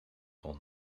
nog